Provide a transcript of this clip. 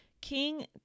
King